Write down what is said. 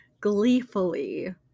gleefully